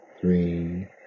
Three